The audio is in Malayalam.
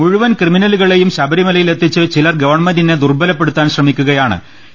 മുഴുവൻ ക്രിമിനലുകളെയും ശ്രബരിമലയിലെത്തിച്ച് ചിലർ ഗവൺമെന്റിനെ ദുർബ്ബലപ്പെടുത്താൻ ശ്രമിക്കുകയാ ണ്